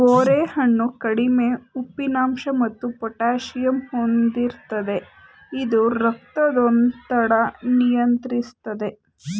ಬೋರೆ ಹಣ್ಣು ಕಡಿಮೆ ಉಪ್ಪಿನಂಶ ಮತ್ತು ಪೊಟ್ಯಾಸಿಯಮ್ ಹೊಂದಿರ್ತದೆ ಇದು ರಕ್ತದೊತ್ತಡ ನಿಯಂತ್ರಿಸ್ತದೆ